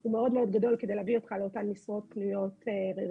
הוא מאוד מאוד גדול כדי להביא אותך לאותן משרות פנויות ורלוונטיות.